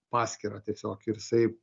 paskyrą tiesiog ir jisai